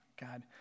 God